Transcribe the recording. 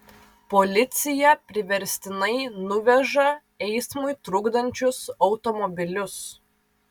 policija priverstinai nuveža eismui trukdančius automobilius